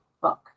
book